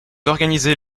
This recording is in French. organisez